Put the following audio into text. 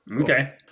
Okay